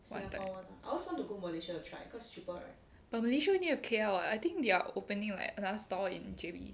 one third but malaysia only have K_L [what] I think they're opening like another store in J_B